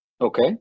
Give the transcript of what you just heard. Okay